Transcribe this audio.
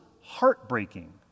heartbreaking